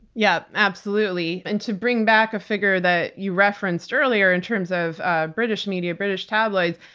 yeah. absolutely. and to bring back a figure that you referenced earlier in terms of ah british media, british tabloids,